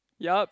yup